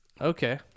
okay